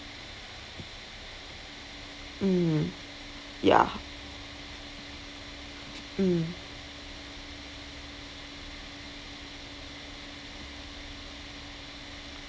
mm ya mm